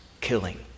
killing